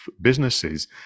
businesses